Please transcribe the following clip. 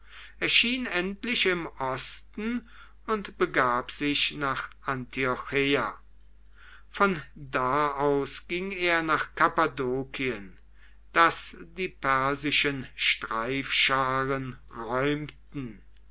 erschien endlich im osten und begab sich nach antiocheia von da aus ging er nach kappadokien das die persischen streif scharen räumten